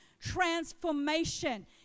transformation